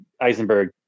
Eisenberg